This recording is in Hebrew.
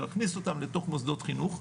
להכניס אותם לתוך מוסד חינוך,